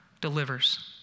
delivers